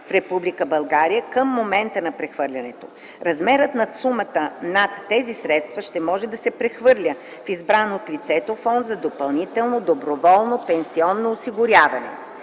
към момента на прехвърлянето. Размерът на сумата на тези средства ще може да се прехвърля в избран от лицето фонд за допълнително доброволно пенсионно осигуряване.